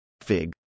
Fig